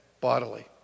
bodily